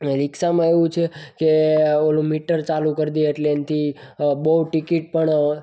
અને રિક્ષામાં એવું છે કે ઓલું મીટર ચાલું કરી દે એટલે એનાથી બહુ ટિકિટ પણ